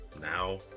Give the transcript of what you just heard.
Now